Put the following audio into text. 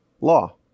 law